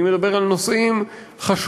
אני מדבר על נושאים חשובים,